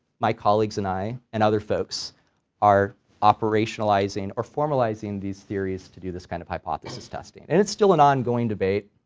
my colleagues and i and other folks are operationalizing or formalizing these theories to do this kind of hypothesis testing and it's still an ongoing debate,